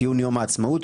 לרמוס?